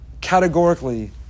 categorically